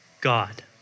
God